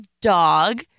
dog